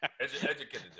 Educated